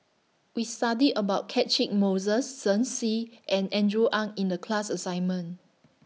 We studied about Catchick Moses Shen Xi and Andrew Ang in The class assignment